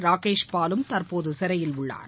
ராக்கேஷ் பாலும் தற்போது சிறையில் உள்ளார்